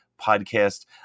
podcast